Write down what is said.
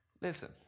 Listen